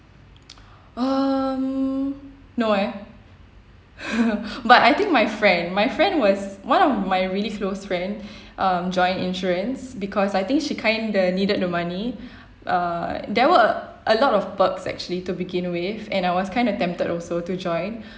um no eh but I think my friend my friend was one of my really close friend um joined insurance because I think she kinda needed the money err there were a lot of perks actually to begin with and I was kind of tempted also to join